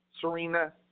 Serena